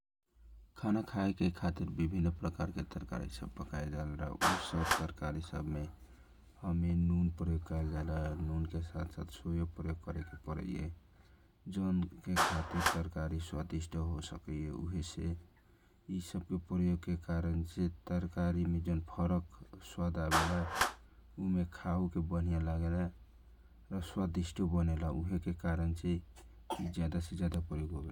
खाना खाए के खातीर विभिनन प्रकारके तरकारी सब पकाए जवेला उसब तरकारी सबमे नुन प्रयोग जावेला ओकार साथ साथ सोया तेल प्रयोग होवेला जौन कारण छे तरकारी स्वदीष्ट हो सकाइए उहे से यि सब के प्रयोग से जे तरकारी मे जे फरक आवेला आ स्वदिष्ट बनेला आ जयदा प्रयोग होवेला ।